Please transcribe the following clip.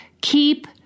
Keep